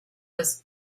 was